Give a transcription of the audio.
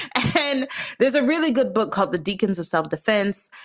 and there's a really good book called the deacons of self-defense.